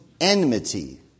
enmity